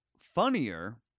funnier